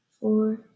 four